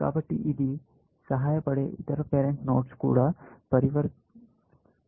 కాబట్టి ఇది సహాయపడే ఇతర పేరెంట్ నోడ్స్ కూడా వర్తింప బడవచు